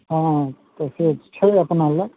हँ तऽ से छै अपना लग